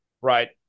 Right